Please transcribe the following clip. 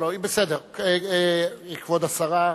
כבוד השרה,